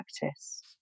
practice